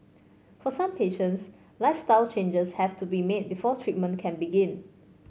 for some patients lifestyle changes have to be made before treatment can begin